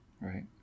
right